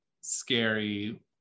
scary